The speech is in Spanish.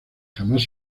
jamás